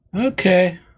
Okay